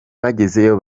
bagezeyo